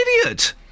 idiot